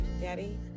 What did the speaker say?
daddy